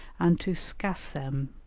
and to scasem